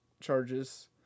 charges